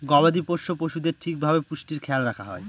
গবাদি পোষ্য পশুদের ঠিক ভাবে পুষ্টির খেয়াল রাখা হয়